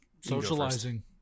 Socializing